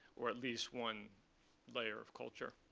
or at least one layer of culture.